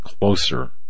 closer